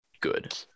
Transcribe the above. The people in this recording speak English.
Good